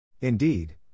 Indeed